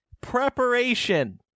Preparation